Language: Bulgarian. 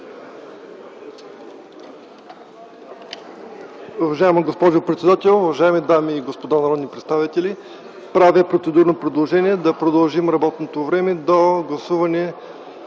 Уважаема госпожо председател, уважаеми дами и господа народни представители! Правя процедурно предложение да продължим работното време до гласуване